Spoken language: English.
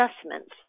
assessments